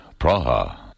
Praha